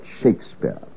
Shakespeare